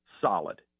solid